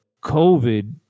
COVID